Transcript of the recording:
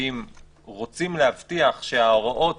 ואם רוצים להבטיח שהתקנות